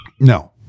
No